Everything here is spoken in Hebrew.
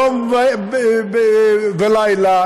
יום ולילה,